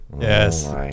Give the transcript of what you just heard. Yes